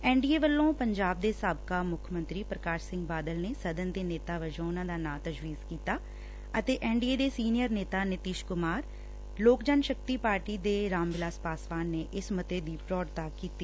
N D A ਵੱਲੋਂ ਪੰਜਾਬ ਦੇ ਸਾਬਕਾ ਮੁੱਖ ਮੰਤਰੀ ਪੁਕਾਸ਼ ਸਿੰਘ ਬਾਦਲ ਨੇ ਸਦਨ ਦੇ ਨੇਤਾ ਵਜੋਂ ਉਨੂਾਂ ਦਾ ਨਾਂ ਤਜਵੀਜ਼ ਕੀਤਾ ਅਤੇ ਐਨ ਡੀ ਏ ਦੇ ਸੀਨੀਅਰ ਨੇਤਾ ਨਿਤਿਸ਼ ਕੁਮਾਰ ਲੋਕ ਜਨ ਸ਼ਕਤੀ ਪਾਰਟੀ ਦੇ ਰਾਮਵਿਲਾਸ ਪਾਸਵਾਨ ਨੇ ਇਸ ਮਤੇ ਦੀ ਪ੍ਰੋੜਤਾ ਕੀਤੀ